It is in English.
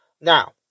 Now